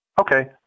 Okay